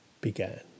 began